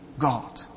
God